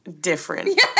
Different